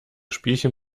spielchen